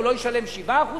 הוא לא ישלם 7%,